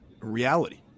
reality